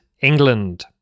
England